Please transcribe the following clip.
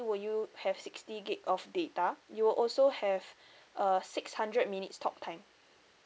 will you have sixty gig of data you will also have uh six hundred minutes talk time